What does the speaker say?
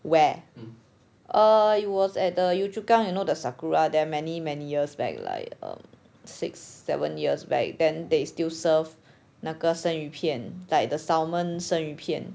where err it was at the yio chu kang you know the sakura there many many years back like err six seven years back then they still serve 那个生鱼片 like the salmon 生鱼片